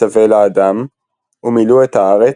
מצווה לאדם "ומלאו את-הארץ,